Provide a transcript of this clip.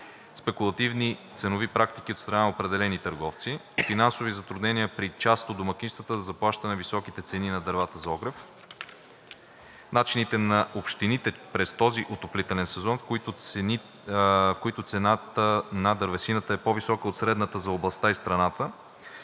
спекулативни ценови практики от страна на определени търговци; – финансови затруднения при част от домакинствата за заплащане високите цени на дървата за огрев; – наличие на общини през този отоплителен сезон, в които цената на дървесината е по-висока от средната за областта и страната;